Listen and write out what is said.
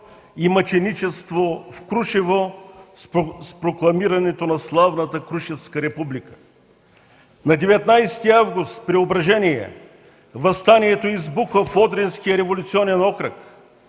и мъченичество в Крушево с прокламирането на славната Крушевска република. На 19 август – Преображение, въстанието избухва в Одринския революционен окръг.